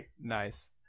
Nice